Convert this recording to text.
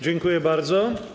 Dziękuję bardzo.